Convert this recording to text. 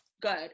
good